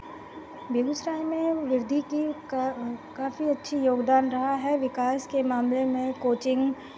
बेगूसराय में वृद्धि की काफ़ी अच्छी योगदान रहा है विकास के मामले में कोचिंग